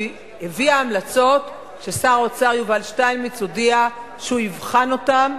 היא הביאה המלצות ששר האוצר יובל שטייניץ הודיע שהוא יבחן אותן,